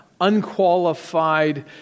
unqualified